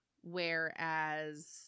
Whereas